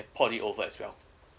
port it over as well